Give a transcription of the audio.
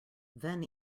then